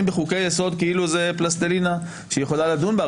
בחוקי-יסוד כאילו זה פלסטלינה שהיא יכולה לדון בה.